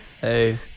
Hey